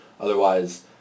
Otherwise